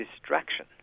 distraction